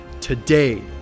Today